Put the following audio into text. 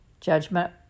Judgment